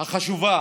החשובה